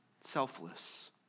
Selfless